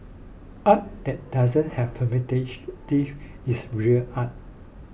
art that doesn't have is real art